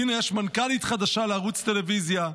הינה, יש מנכ"לית חדשה לערוץ טלוויזיה,